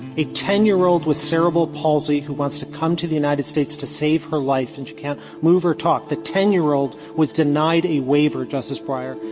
a ten year old with cerebral palsy who wants to come to the united states to save her life. and she can't move or talk. the ten year old was denied a waiver, justice breyer.